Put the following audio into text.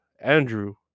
Andrew